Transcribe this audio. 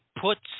puts